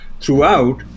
throughout